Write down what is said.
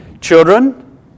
Children